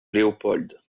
léopold